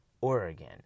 Oregon